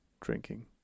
drinking